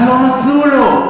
אבל לא נתנו לו.